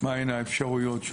מה האפשרויות?